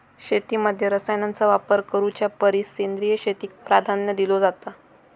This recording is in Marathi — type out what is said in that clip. शेतीमध्ये रसायनांचा वापर करुच्या परिस सेंद्रिय शेतीक प्राधान्य दिलो जाता